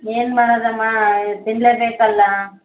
ಏನು ಮಾಡೊದಮ್ಮ ತಿನ್ನಲೇ ಬೇಕಲ್ಲಾ